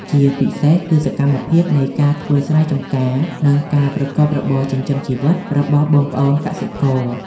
ជាពិសេសគឺសកម្មភាពនៃការធ្វើស្រែចម្ការ និងការប្រកបរបរចិញ្ចឹមជីវិតរបស់បងប្អូនកសិករ។